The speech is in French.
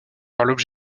encore